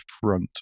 front